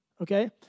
okay